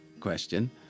Question